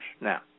now